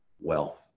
wealth